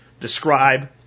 Describe